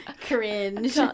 Cringe